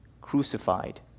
crucified